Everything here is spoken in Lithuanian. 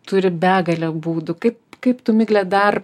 turi begalę būdų kaip kaip tu migle dar